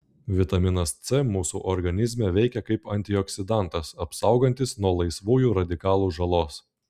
vitaminas c mūsų organizme veikia kaip antioksidantas apsaugantis nuo laisvųjų radikalų žalos